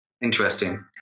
Interesting